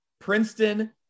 Princeton